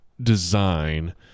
design